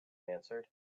answered